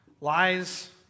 lies